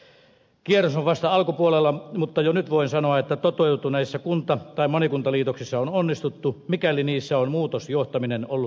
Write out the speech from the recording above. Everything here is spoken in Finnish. kierros on vasta alkupuolella mutta jo nyt voin sanoa että toteutuneissa kunta tai monikuntaliitoksissa on onnistuttu mikäli niissä on muutosjohtaminen ollut kunnossa